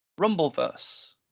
Rumbleverse